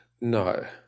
No